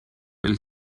will